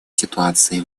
ситуации